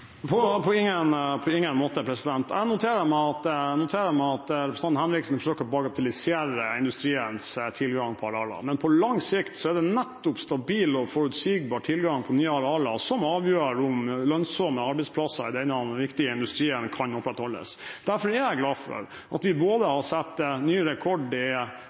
På ingen måte – jeg noterer meg at representanten Henriksen forsøker å bagatellisere industriens tilgang på arealer. Men på lang sikt er det nettopp stabil og forutsigbar tilgang på nye arealer som avgjør om lønnsomme arbeidsplasser i denne viktige industrien kan opprettholdes. Derfor er jeg glad for at vi har satt ny rekord – de to største tildelingene i